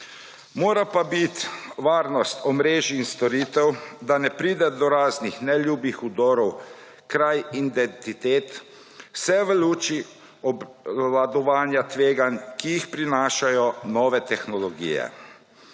Mora pa biti varnost omrežij in storitev, da ne pride do raznih neljubih vdorov, kraj identitet, vse v luči obvladovanja tveganj, ki jih prinašajo nove tehnologije.